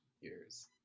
years